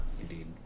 indeed